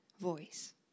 voice